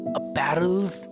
apparels